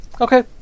Okay